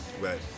right